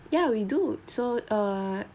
yeah we do so err